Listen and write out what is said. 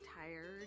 tired